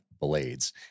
blades